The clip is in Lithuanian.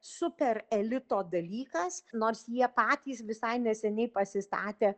super elito dalykas nors jie patys visai neseniai pasistatė